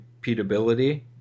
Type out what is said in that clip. repeatability